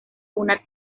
una